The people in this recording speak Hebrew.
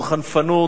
זו חנפנות,